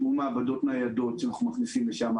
כמו מעבדות ניידות שאנחנו מכניסים שם,